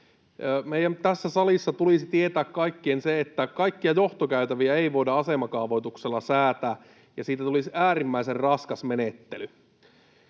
kaikkien tässä salissa tulisi tietää se, että kaikkia johtokäytäviä ei voida asemakaavoituksella säätää. Siitä tulisi äärimmäisen raskas menettely.